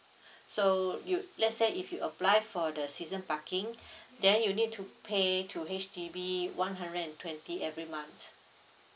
so you let's say if you apply for the season parking then you need to pay to H_D_B one hundred and twenty every month